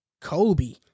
Kobe